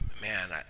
man